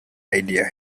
idea